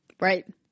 Right